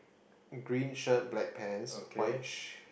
green shirt black pants white shirt